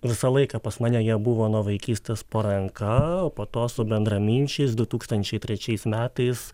visą laiką pas mane jie buvo nuo vaikystės po ranka o po to su bendraminčiais du tūkstančiai trečiais metais